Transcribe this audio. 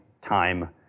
time